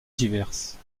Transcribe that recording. diverses